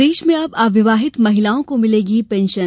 प्रदेश में अब अविवाहित महिलाओं को मिलेगी पेंशन